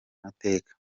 mateka